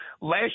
last